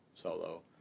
solo